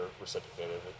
reciprocated